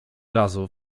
razu